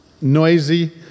noisy